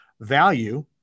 value